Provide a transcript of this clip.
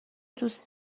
دوست